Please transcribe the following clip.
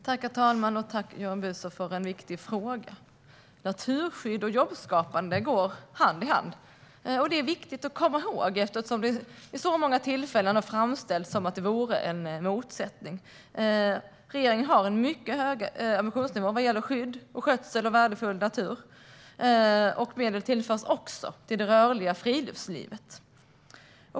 Herr talman! Tack, Johan Büser, för en viktig fråga! Naturskydd och jobbskapande går hand i hand. Det är viktigt att komma ihåg, eftersom det vid många tillfällen har framställts som att det vore en motsättning. Regeringen har en mycket hög ambitionsnivå vad gäller skydd och skötsel av värdefull natur. Medel tillförs också till det rörliga friluftslivet.